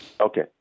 Okay